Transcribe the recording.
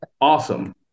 awesome